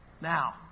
Now